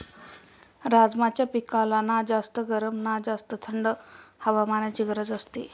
राजमाच्या पिकाला ना जास्त गरम ना जास्त थंड हवामानाची गरज असते